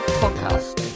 podcast